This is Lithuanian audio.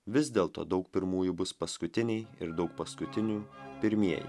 vis dėl to daug pirmųjų bus paskutiniai ir daug paskutinių pirmieji